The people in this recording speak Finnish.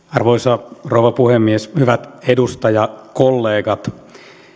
arvoisa rouva puhemies hyvät edustajakollegat